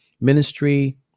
ministry